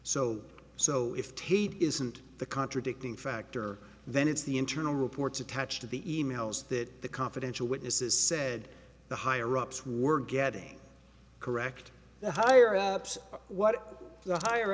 so so if tape isn't the contradicting factor then it's the internal reports attached to the e mails that the confidential witnesses said the higher ups were getting correct the higher ups what the higher